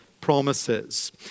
promises